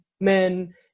men